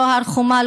לא הר חומה,